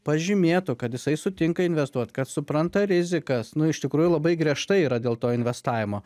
pažymėtų kad jisai sutinka investuot kad supranta rizikas nu iš tikrųjų labai griežtai yra dėl to investavimo